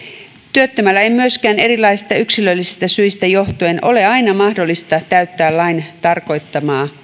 työttömän ei myöskään erilaisista yksilöllisistä syistä johtuen ole aina mahdollista täyttää lain tarkoittamaa